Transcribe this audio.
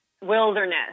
wilderness